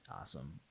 Awesome